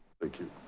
thank you.